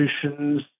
solutions